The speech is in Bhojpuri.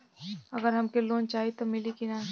अगर हमके लोन चाही त मिली की ना?